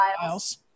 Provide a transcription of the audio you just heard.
files